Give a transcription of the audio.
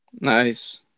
nice